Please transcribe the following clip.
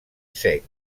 cec